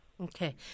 Okay